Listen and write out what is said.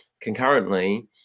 concurrently